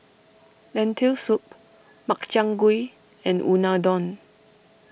Lentil Soup Makchang Gui and Unadon